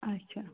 আচ্ছা